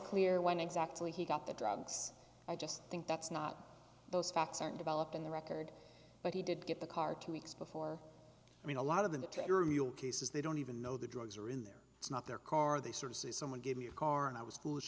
clear when exactly he got the drugs i just think that's not those facts are developed in the record but he did get the car two weeks before i mean a lot of that to your meal cases they don't even know the drugs are in there it's not their car they sort of see someone gave me a car and i was foolish